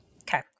Okay